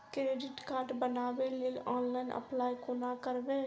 Credit card बनाबै लेल online apply कोना करबै?